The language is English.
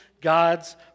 God's